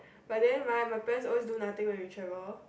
but then right my parents always do nothing when we travel